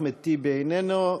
אחמד טיבי, איננו,